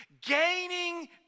gaining